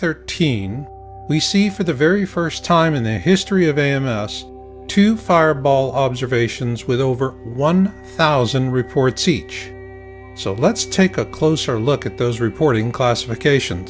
thirteen we see for the very first time in the history of a m s two fireball observations with over one thousand reports each so let's take a closer look at those reporting classification